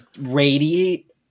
radiate